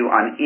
on